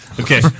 Okay